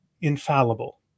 infallible